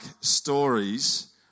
stories